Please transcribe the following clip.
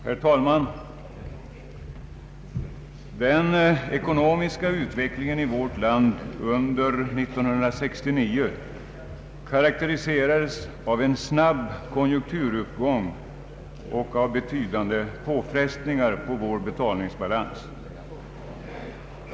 Herr talman! Den ekonomiska utvecklingen i vårt land under år 1969 karakteriserades av en snabb konjunkturuppgång och av betydande påfrestningar på vår betalningsbalans.